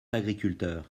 d’agriculteurs